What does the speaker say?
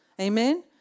amen